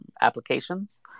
applications